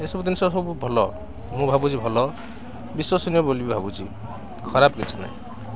ଏସବୁ ଜିନିଷ ସବୁ ଭଲ ମୁଁ ଭାବୁଛି ଭଲ ବିଶ୍ୱସନୀୟ ବୋଲି ଭାବୁଛି ଖରାପ କିଛି ନାହିଁ